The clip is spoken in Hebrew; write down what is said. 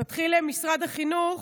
נתחיל ממשרד החינוך.